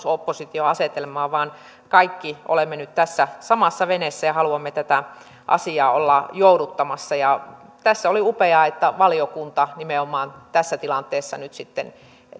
oppositio asetelmaa vaan kaikki olemme nyt tässä samassa veneessä ja haluamme tätä asiaa olla jouduttamassa tässä oli upeaa että valiokunta nimenomaan tässä tilanteessa nyt sitten